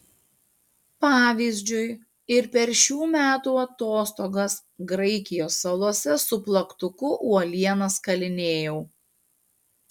pavyzdžiui ir per šių metų atostogas graikijos salose su plaktuku uolienas kalinėjau